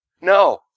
No